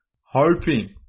hoping